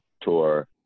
tour